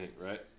right